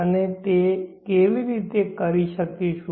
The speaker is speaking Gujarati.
અમે તે કેવી રીતે કરી શકીશું